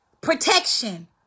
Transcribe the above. protection